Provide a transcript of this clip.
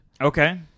Okay